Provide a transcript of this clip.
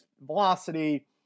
velocity